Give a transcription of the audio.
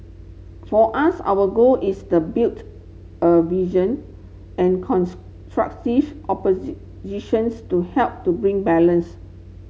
for us our goal is the built a vision and to help to bring balance